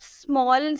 small